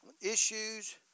issues